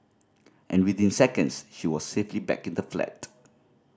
and within seconds she was safely back in the flat